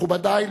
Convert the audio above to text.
מכובדי,